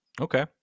Okay